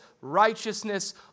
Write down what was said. righteousness